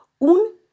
un